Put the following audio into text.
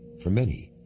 for many,